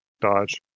dodge